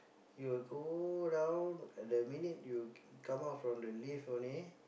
he will go down at the minute you come out of the lift only